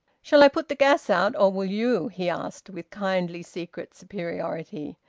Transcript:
shall i put the gas out, or will you? he asked, with kindly secret superiority,